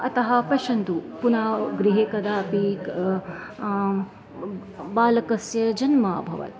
अतः पश्यन्तु पुनः गृहे कदापि बालकस्य जन्म अभवत्